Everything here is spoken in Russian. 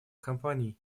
компаний